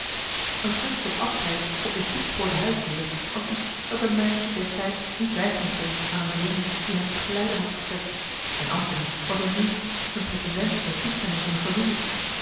een kus tot afscheid op de stoep voor de huisdeur was iets dat een meisje destijds niet weigeren kon aan een vreemde die haar tot geleider had gestrekt en antony was een neef een pretendent met toestemming van de familie